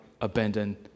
abandon